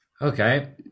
okay